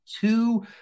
two